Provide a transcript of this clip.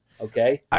Okay